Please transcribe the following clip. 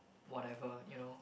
whatever you know